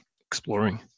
exploring